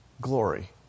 glory